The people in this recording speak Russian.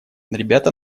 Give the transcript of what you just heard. ребята